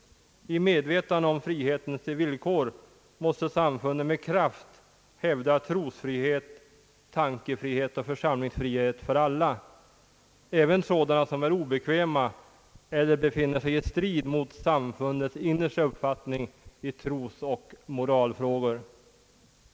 I medvetandet om frihetens villkor måste samfunden med kraft hävda trosfrihet, tankefrihet och församlingsfrihet för alla — även sådana som är obekväma eller befinner sig i strid mot samfundets innersta uppfattning i trosoch moralfrågor.